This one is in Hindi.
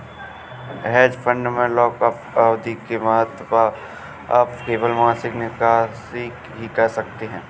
हेज फंड में लॉकअप अवधि के तहत आप केवल मासिक निकासी ही कर सकते हैं